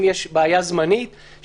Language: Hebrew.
אם יש בעיה זמנית,